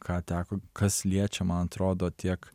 ką teko kas liečia man atrodo tiek